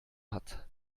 hat